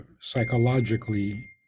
psychologically